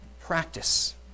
practice